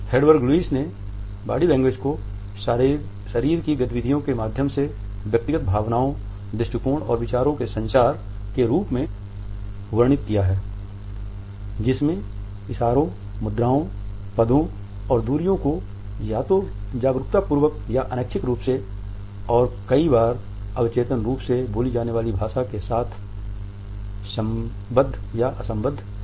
Hedwig Lewis ने body language को शरीर की गतिविधियों के माध्यम से व्यक्तिगत भावनाओं दृष्टिकोण और विचारों के संचार के रूप में वर्णित किया है जिसमे इशारों मुद्राओं पदों और दूरियों को या तो जागरूकता पूर्वक या अनैच्छिक रूप से और कई बार अवचेतन रूप से बोली जाने वाली भाषा के साथ संबद्ध या असंबद्ध किया है